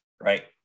right